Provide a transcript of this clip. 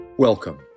Welcome